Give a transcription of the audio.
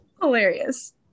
Hilarious